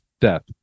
death